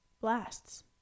blasts